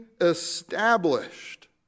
established